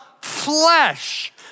flesh